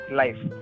life